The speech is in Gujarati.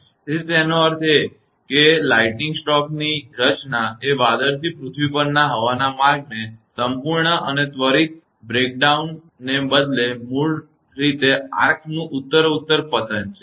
તેથી તેનો અર્થ એ કે વીજળીના આંચકાની રચના એ વાદળથી પૃથ્વી પરના હવાના માર્ગના સંપૂર્ણ અને ત્વરિત પતનને બદલે મૂળ રીતે આર્ક પાથનું ઉત્તરોત્તર પતન છે